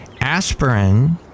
Aspirin